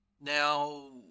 Now